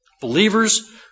Believers